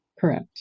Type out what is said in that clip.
Correct